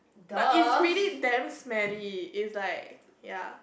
but it's really damn smelly it's like ya